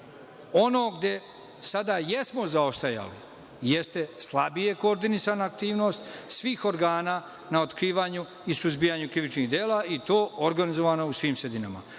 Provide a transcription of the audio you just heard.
gde sada jesmo zaostajali jeste slabije koordinisana aktivnost svih organa na otkrivanju i suzbijanju krivičnih dela, i to organizovano u svim sredinama.